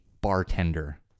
bartender